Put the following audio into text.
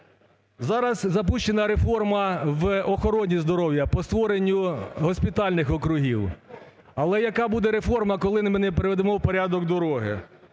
Зараз запущена реформа в охороні здоров'я по створенню госпітальних округів. Але яка буде реформа, коли ми не приведемо в порядок дороги?